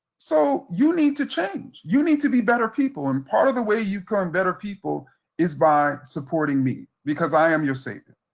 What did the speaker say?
so you need to change, you need to be better people, and part of the way you've come better people is by supporting me because i am your savior.